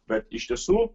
bet iš tiesų